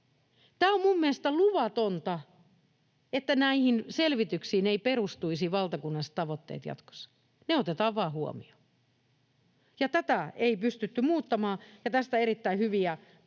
Tämä on mielestäni luvatonta, että näihin selvityksiin eivät perustuisi valtakunnalliset tavoitteet jatkossa, ja ne otetaan vain huomioon. Tätä ei pystytty muuttamaan, ja myöskin tästä erittäin hyviä poistotekstejä